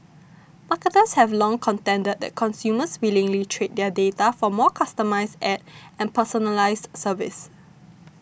marketers have long contended that consumers willingly trade their data for more customised ads and personalised services